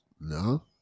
No